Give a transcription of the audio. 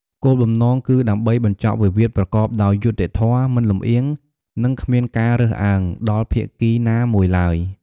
គោលបំណងគឺដើម្បី បញ្ចប់វិវាទប្រកបដោយយុត្តិធម៌ មិនលម្អៀង និងគ្មានការរើសអើង ដល់ភាគីណាមួយឡើយ។